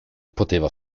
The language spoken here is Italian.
poteva